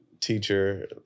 teacher